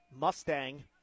Mustang